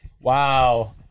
Wow